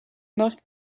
most